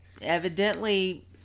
evidently